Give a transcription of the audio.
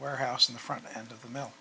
warehouse in the front end of the mill